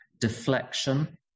deflection